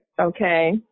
Okay